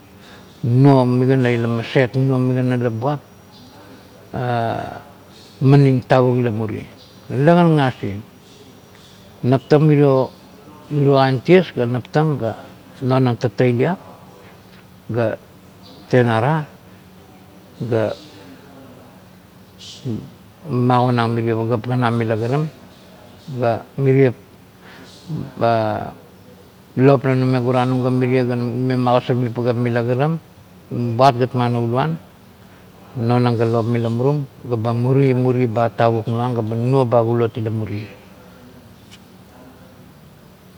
Nunuo migana ila maset, nunuo migana ia buat "ha" maning tavuk ila muri talekan ngangasieng, naptang irio kain ties ga nonang tatailiat ga tenara ga magonang mirie pagap ganam mila kiram ga mirie "ha" lop lnume guranung ga mrie la mime magosarming pagap mila kiran, buat gat manauluan nonang ga lop mila murum ga muri muri ba tavuk nuang ga ba nunuo ba kulot ila muri.